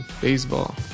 baseball